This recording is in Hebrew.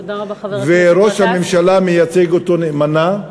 ראש הממשלה מייצג אותו נאמנה.